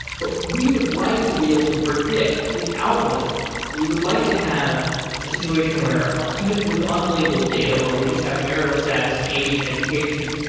but we would like to be able to predict without labels. we would like to have a situation where even with unlabeled data where we just have marital status and age and education,